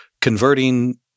converting